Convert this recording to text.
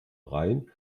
rhein